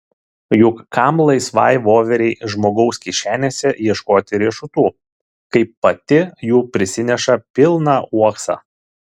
juk kam laisvai voverei žmogaus kišenėse ieškoti riešutų kaip pati jų prisineša pilną uoksą